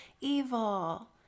evil